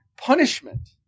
punishment